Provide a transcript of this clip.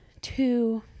two